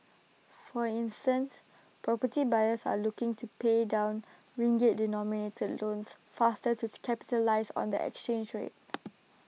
for instance property buyers are looking to pay down ringgit denominated loans faster to capitalise on the exchange rate